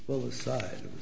both sides of the